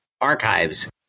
archives